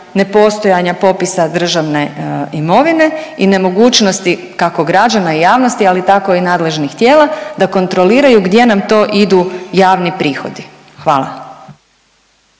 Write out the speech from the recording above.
nepostojanja popisa državne imovine i nemogućnosti kako građana i javnosti, ali tako i nadležnih tijela da kontroliraju gdje nam to idu javni prihodi. Hvala.